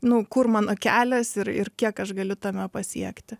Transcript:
nu kur mano kelias ir ir kiek aš galiu tame pasiekti